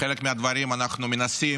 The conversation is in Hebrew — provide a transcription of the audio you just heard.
בחלק מהדברים אנחנו מנסים